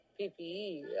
PPE